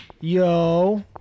Yo